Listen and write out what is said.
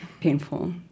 painful